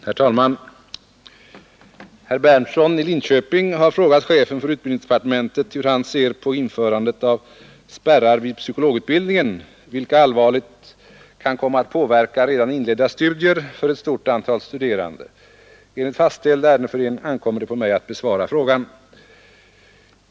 Herr talman! Herr Berndtson i Linköping har frågat chefen för utbildningsdepartementet hur han ser på införandet av spärrar vid psykologutbildningen, vilka allvarligt kan komma att påverka redan inledda studier för ett stort antal studerande. Enligt fastställd ärendefördelning ankommer det på mig att besvara frågan.